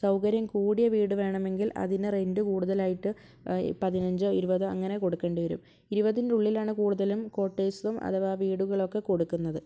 സൗകര്യം കൂടിയ വീട് വേണമെങ്കിൽ അതിനെ റെൻറ്റ് കൂടുതലായിട്ട് പതിനഞ്ചോ ഇരുപതോ അങ്ങനെ കൊടുക്കേണ്ടി വരും ഇരുപതിൻ്റെ ഉള്ളിൽ ആണ് കൂടുതലും കോട്ടേഴ്സും അഥവാ വീടുകളുമൊക്കെ കൊടുക്കുന്നത്